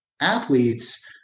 athletes